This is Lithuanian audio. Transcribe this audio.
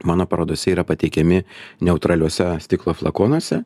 mano parodose yra pateikiami neutraliuose stiklo flakonuose